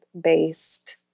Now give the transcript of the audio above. based